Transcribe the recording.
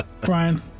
Brian